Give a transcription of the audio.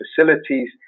facilities